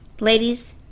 ladies